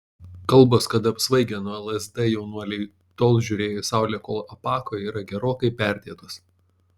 kalbos kad apsvaigę nuo lsd jaunuoliai tol žiūrėjo į saulę kol apako yra gerokai perdėtos